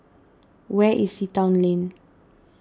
where is the Sea Town Lane